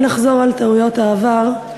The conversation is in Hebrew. אל נחזור על טעויות העבר,